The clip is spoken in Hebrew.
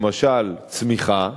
למשל צמיחה.